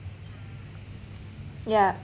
yeah